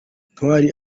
ntwari